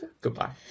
goodbye